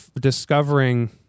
discovering